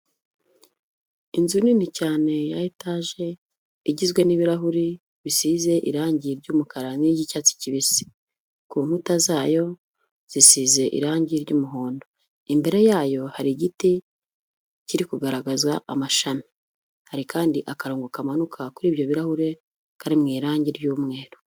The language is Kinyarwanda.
Inzu nini cyane ya etaje, igizwe n'ibirahuri bisize irangi ry'umukara n'iry'icyatsi kibisi, ku nkuta zayo zisize irangi ry'umuhondo, imbere yayo hari igiti kiri kugaragaza amashami, hari kandi akarongo kamanuka kuri ibyo birahure kari mu irangi ry'umweru.